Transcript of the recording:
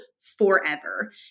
forever